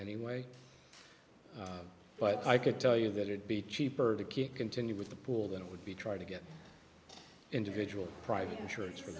anyway but i could tell you that it be cheaper to keep continue with the pool than it would be try to get individual private insurance for